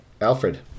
Alfred